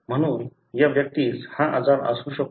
म्हणून या व्यक्तीस हा आजार असू शकतो